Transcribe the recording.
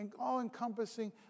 all-encompassing